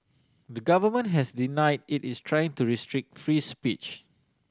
the government has deny it is trying to restrict free speech